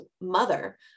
mother